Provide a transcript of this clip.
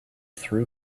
threw